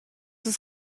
ist